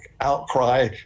outcry